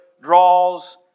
draws